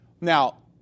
Now